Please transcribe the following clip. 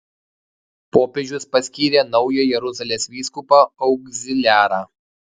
popiežius paskyrė naują jeruzalės vyskupą augziliarą